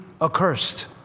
accursed